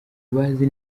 bazi